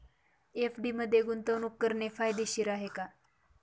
FD मध्ये गुंतवणूक करणे फायदेशीर आहे का?